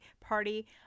party